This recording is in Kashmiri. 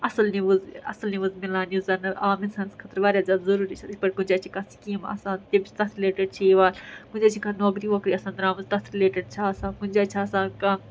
اَصٕل نوٕز اصل نِوٕز مِلان یُس زن عام اِنسانس خٲطرٕ واریاہ زیادٕ ضُروٗری چھِ یِتھ پٲٹھۍ کُنہِ جایہِ کانٛہہ سیٖکم آسان تِم چھِ تَتھ رِلیٚٹِڈ چھِ یِوان کُنہِ جایہِ کانٛہہ نوکری وکری آسان درٛامٕژ تَتھ رِلیٚٹِڈ چھِ آسان کُنہِ جہِ چھِ آسان کانٛہہ